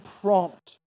prompt